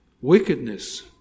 wickedness